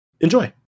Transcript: Enjoy